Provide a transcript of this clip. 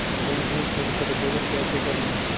Bank में fix deposit कैसे करें?